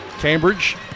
Cambridge